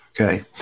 Okay